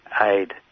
aid